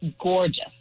gorgeous